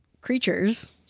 creatures